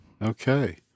Okay